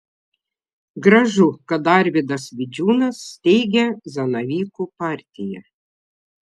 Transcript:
gražu kad arvydas vidžiūnas steigia zanavykų partiją